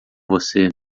você